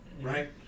right